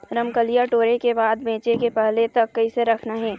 रमकलिया टोरे के बाद बेंचे के पहले तक कइसे रखना हे?